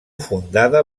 fundada